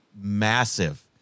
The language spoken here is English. massive